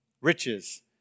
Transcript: Riches